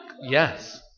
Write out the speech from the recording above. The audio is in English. Yes